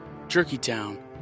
Jerkytown